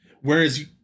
Whereas